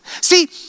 See